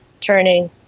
turning